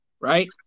right